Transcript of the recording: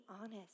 honest